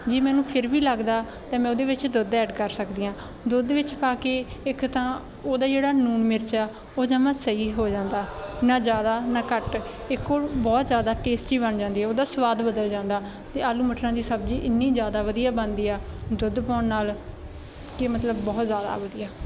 ਜੇ ਮੈਨੂੰ ਫਿਰ ਵੀ ਲੱਗਦਾ ਅਤੇ ਮੈਂ ਉਹਦੇ ਵਿੱਚ ਦੁੱਧ ਐਡ ਕਰ ਸਕਦੀ ਹਾਂ ਦੁੱਧ ਵਿੱਚ ਪਾ ਕੇ ਇੱਕ ਤਾਂ ਉਹਦਾ ਜਿਹੜਾ ਲੂਣ ਮਿਰਚ ਆ ਉਹ ਜਮਾਂ ਸਹੀ ਹੋ ਜਾਂਦਾ ਨਾ ਜ਼ਿਆਦਾ ਨਾ ਘੱਟ ਇੱਕ ਉਹ ਬਹੁਤ ਜ਼ਿਆਦਾ ਟੇਸਟੀ ਬਣ ਜਾਂਦੀ ਹੈ ਉਹਦਾ ਸਵਾਦ ਬਦਲ ਜਾਂਦਾ ਅਤੇ ਆਲੂ ਮਟਰਾਂ ਦੀ ਸਬਜ਼ੀ ਇੰਨੀ ਜ਼ਿਆਦਾ ਵਧੀਆ ਬਣਦੀ ਆ ਦੁੱਧ ਪਾਉਣ ਨਾਲ ਕਿ ਮਤਲਬ ਬਹੁਤ ਜ਼ਿਆਦਾ ਵਧੀਆ